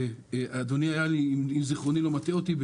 ואם זכרוני אינו מטעה אותי,